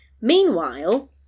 Meanwhile